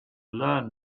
learn